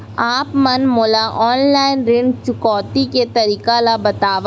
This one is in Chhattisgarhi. आप मन मोला ऑनलाइन ऋण चुकौती के तरीका ल बतावव?